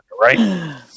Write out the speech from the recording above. right